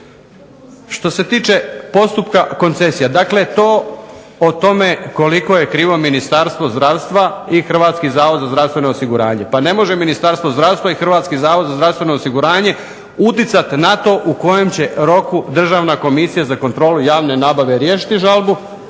Što se tiče postupka koncesija. Dakle to o tome koliko je krivo Ministarstvo zdravstva i Hrvatski zavod za zdravstveno osiguranje. Pa ne može Ministarstvo zdravstva i Hrvatski zavod za zdravstveno osiguranje uticati na to u kojem će roku Državna komisija za kontrolu javne nabave riješiti žalbu,